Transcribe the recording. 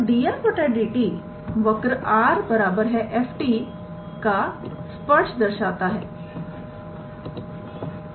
तो 𝑑𝑟⃗ 𝑑𝑡 वक्र 𝑟⃗ 𝑓⃗ का स्पर्श दर्शाता है